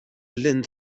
linn